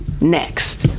Next